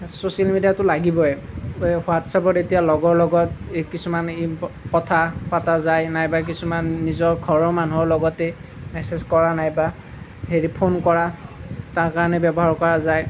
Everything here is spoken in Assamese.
ছ'চিয়েল মিডিয়াটো লাগিবই এই হোৱাটছ্এপত এতিয়া লগৰ লগত এই কিছুমান ইম্প কথা পতা যায় নাইবা কিছুমান নিজৰ ঘৰৰ মানুহৰ লগতে মেছেজ কৰা নাইবা হেৰি ফোন কৰা তাৰ কাৰণে ব্যৱহাৰ কৰা যায়